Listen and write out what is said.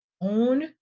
own